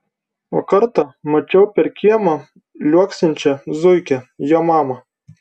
o kartą mačiau per kiemą liuoksinčią zuikę jo mamą